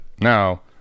Now